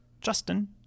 Justin